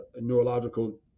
neurological